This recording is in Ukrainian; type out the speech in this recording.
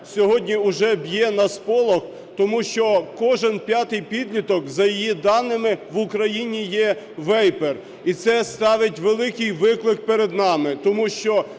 сьогодні уже б'є на сполох, тому що кожен п'ятий підліток, за її даними, в Україні є вейпер. І це ставить великий виклик перед нами, тому що